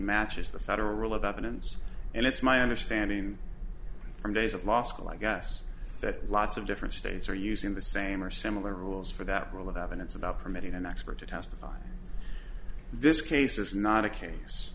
matches the federal rule about an ins and it's my understanding from days of law school i guess that lots of different states are using the same or similar rules for that role of evidence about permitting an expert to testify this case is not a case